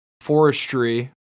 Forestry